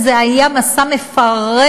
וזה היה מסע מפרך.